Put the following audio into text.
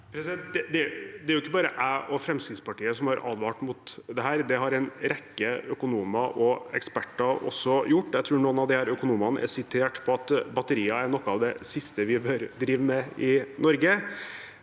Det er jo ikke bare jeg og Fremskrittspartiet som har advart mot dette. Det har en rekke økonomer og eksperter også gjort. Jeg tror noen av disse økonomene er sitert på at batterier er noe av det siste vi bør drive med i Norge.